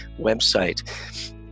website